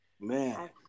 Man